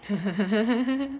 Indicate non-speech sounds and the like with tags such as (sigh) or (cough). (laughs)